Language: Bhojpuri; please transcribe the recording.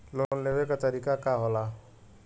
लोन लेवे क तरीकाका होला?